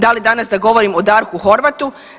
Da li danas da govorim o Darku Horvatu?